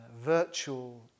virtual